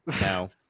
No